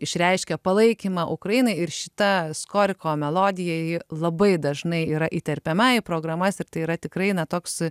išreiškė palaikymą ukrainai ir šita skoriko melodija ji labai dažnai yra įterpiama į programas ir tai yra tikrai ne toks